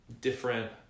different